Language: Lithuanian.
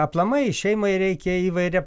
aplamai šeimai reikia įvairia